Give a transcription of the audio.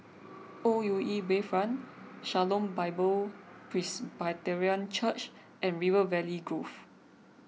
O U E Bayfront Shalom Bible Presbyterian Church and River Valley Grove